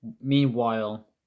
meanwhile